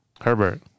Herbert